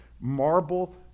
marble